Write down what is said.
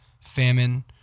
famine